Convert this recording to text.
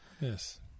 yes